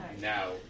now